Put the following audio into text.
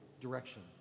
direction